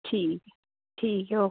ਠੀਕ ਠੀਕ ਓ